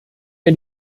wir